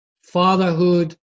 fatherhood